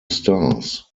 stars